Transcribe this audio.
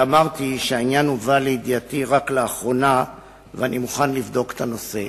ואמרתי שהעניין הובא לידיעתי רק לאחרונה ואני מוכן לבדוק את הנושא.